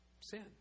sin